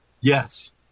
Yes